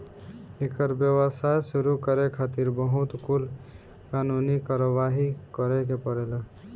एकर व्यवसाय शुरू करे खातिर बहुत कुल कानूनी कारवाही करे के पड़ेला